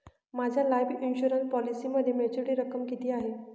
माझ्या life insurance पॉलिसीमध्ये maturity रक्कम किती आहे?